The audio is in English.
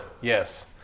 Yes